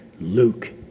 Luke